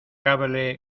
cable